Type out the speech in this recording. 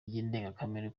ndengakamere